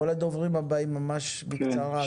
כל הדוברים הבאים, בבקשה ממש בקצרה.